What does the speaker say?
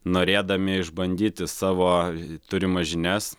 norėdami išbandyti savo turimas žinias